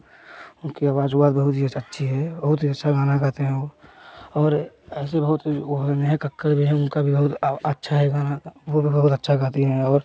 उनकी आवाज उआज हुआ बहुत ही अच्छी है बहुत अच्छा गाना गाते वह और ऐसे बहुत है वह नेहा कक्कड़ जो है उनका भी बहुत अच्छा है गाना वह भी बहुत गाती हैं और